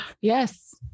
yes